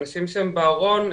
אנשים שהם בארון,